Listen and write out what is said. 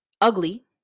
ugly